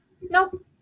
Nope